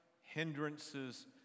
hindrances